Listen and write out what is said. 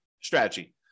strategy